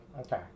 Okay